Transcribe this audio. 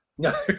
No